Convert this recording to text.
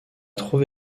trouve